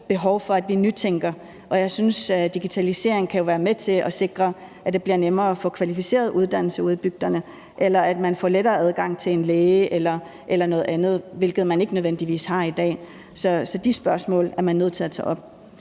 behov for, at vi nytænker, og digitalisering kan jo være med til at sikre, at det bliver nemmere at få kvalificeret uddannelse ud i bygderne, eller at man får lettere adgang til en læge eller noget andet, hvilket man ikke nødvendigvis har i dag. Så de spørgsmål er man nødt til at tage op.